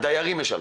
הדיירים משלמים.